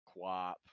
Quap